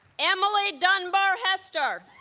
emily dunbar hester